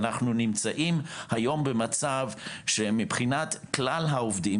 ואנחנו נמצאים היום במצב מבחינת כלל העובדים,